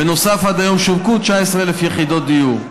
בנוסף, עד היום שווקו 19,000 יחידות דיור.